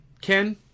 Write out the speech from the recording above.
Ken